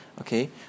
Okay